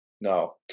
No